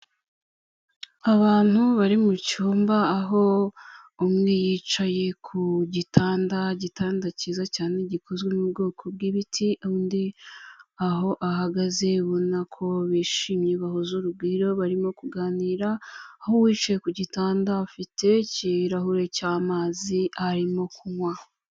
Abantu bari mu cyumba aho umwe yicaye ku gitanda, igitanda kiza cyane gikozwe mu bwoko bw'ibiti, undi aho ahagaze ubona ko bishimye bahuza urugwiro, barimo kuganira aho uwicaye ku gitanda afite ikirahure cy'amazi arimo kunywa.